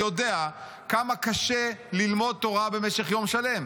יודע כמה קשה ללמוד תורה במשך יום שלם,